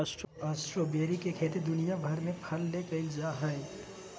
strawberry के खेती दुनिया भर में फल ले कइल जा हइ